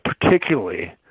particularly